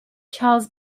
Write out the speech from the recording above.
charles